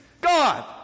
God